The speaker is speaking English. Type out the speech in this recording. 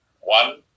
One